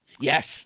Yes